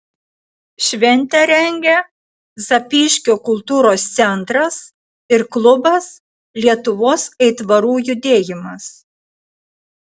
šventę rengia zapyškio kultūros centras ir klubas lietuvos aitvarų judėjimas